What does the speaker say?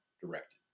directed